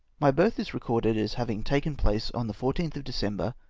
my birth is recorded as having taken place on the fourteenth of december,